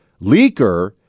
leaker